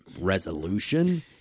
resolution